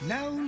Now